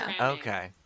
okay